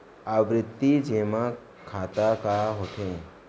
आवर्ती जेमा खाता का होथे?